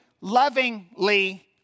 lovingly